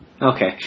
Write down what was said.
Okay